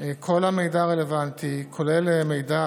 כל המידע הרלוונטי, כולל מידע